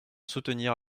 soutenir